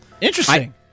Interesting